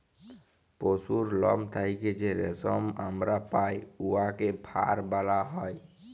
পশুর লম থ্যাইকে যে রেশম আমরা পাই উয়াকে ফার ব্যলা হ্যয়